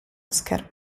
oscar